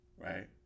right